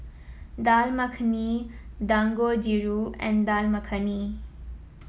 Dal Makhani Dangojiru and Dal Makhani